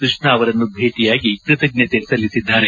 ಕೃಷ್ಣ ಅವರನ್ನು ಭೇಟಿಯಾಗಿ ಕೃತಜ್ಞತೆ ಸಲ್ಲಿಸಿದ್ದಾರೆ